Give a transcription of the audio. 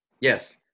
Yes